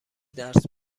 درس